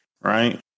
right